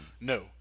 No